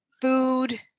food